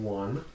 one